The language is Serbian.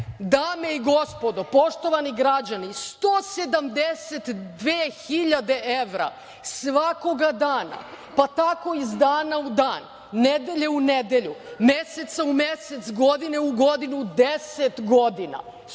evra. Dame i gospodo, poštovani građani, 172 hiljade evra svakog dana, pa tako iz dana u dan, nedelje u nedelju, meseca u mesec, godine u godinu, 10 godina,